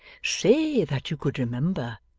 say, that you could remember,